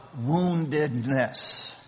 woundedness